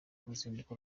uruzinduko